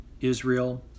Israel